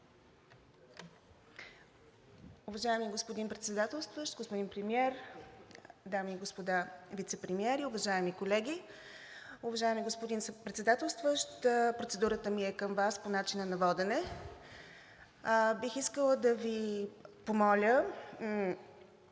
Уважаеми господин Председател, господин Премиер, дами и господа вицепремиери, уважаеми колеги! Уважаеми господин съпредседателстващ, процедурата ми е към Вас – по начина на водене. Бих искала да Ви помоля